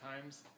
times